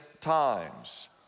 times